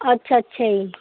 ਅੱਛਾ ਅੱਛਾ ਜੀ